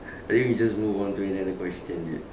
maybe we just move on to another question dude